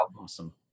Awesome